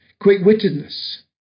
quick-wittedness